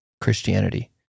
Christianity